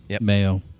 mayo